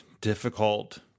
difficult